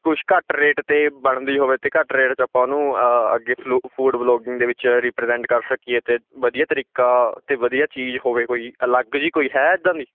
ਕੁਛ ਘੱਟ ਰੇਟ 'ਤੇ ਬਣਦੀ ਹੋਵੇ ਅਤੇ ਘੱਟ ਰੇਟ 'ਚ ਆਪਾਂ ਉਹਨੂੰ ਅੱਗੇ ਫਲੂ ਫੂਡ ਵਲੋਗਿੰਗ ਦੇ ਵਿੱਚ ਰਿਪ੍ਰਜ਼ੈਂਟ ਕਰ ਸਕੀਏ ਅਤੇ ਵਧੀਆ ਤਰੀਕਾ ਅਤੇ ਵਧੀਆ ਚੀਜ਼ ਹੋਵੇ ਕੋਈ ਅਲੱਗ ਜਿਹੀ ਕੋਈ ਹੈ ਇੱਦਾਂ ਦੀ